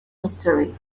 history